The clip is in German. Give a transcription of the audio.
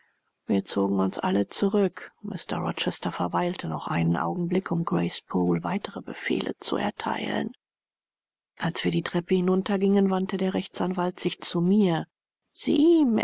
wir zogen uns alle zurück mr rochester verweilte noch einen augenblick um grace poole weitere befehle zu erteilen als wir die treppe hinuntergingen wandte der rechtsanwalt sich zu mir sie